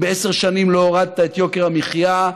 אם בעשר שנים לא הורדת את יוקר המחיה,